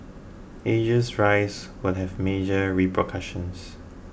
Asia's rise would have major repercussions